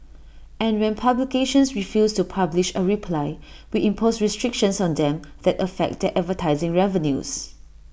and when publications refuse to publish A reply we impose restrictions on them that affect their advertising revenues